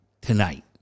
tonight